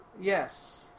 Yes